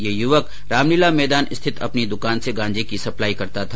ये युवक रामलीला मैदान स्थित अपनी दुकान से गांजे की सप्लाई किया करता था